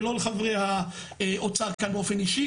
היא לא לחברי האוצר כאן באופן אישי,